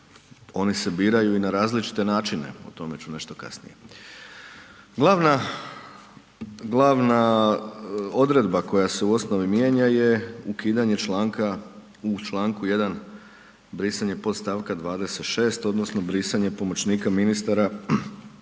Oni se biraju i na različite načine, o tome ću nešto kasnije. Glavna odredba koja se u osnovni mijenja je ukidanje članak u čl. 1. brisanje podstavka 26 odnosno, brisanje pomoćnika ministara